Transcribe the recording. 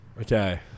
Okay